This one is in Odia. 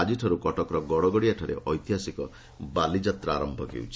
ଆଜିଠାରୁ କଟକର ଗଡଗଡିଆଠାରେ ଐତିହାସିକ ବାଲିଯାତ୍ରା ଆରମ୍ଭ ହେଉଛି